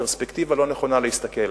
פרספקטיבה לא נכונה להסתכל.